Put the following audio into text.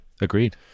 agreed